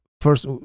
first